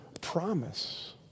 promise